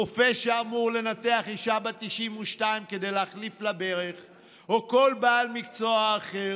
רופא שאמור לנתח אישה בת 92 כדי להחליף לה ברך או כל בעל מקצוע אחר,